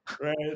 Right